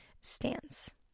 stance